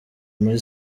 muri